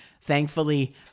Thankfully